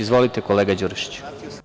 Izvolite, kolega Đurišiću.